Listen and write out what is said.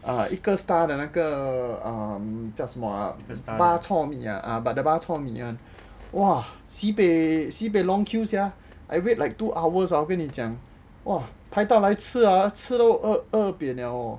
ah 一个 star 的那个 err 叫什么 bak chor mee ah got the bak chor mee [one] !wah! sibeh sibeh long queue sia I wait like two hours ah 我跟你讲 !wah! 排到来吃啊吃都饿扁 liao lor